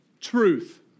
truth